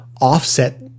offset